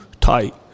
tight